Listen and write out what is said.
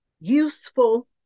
useful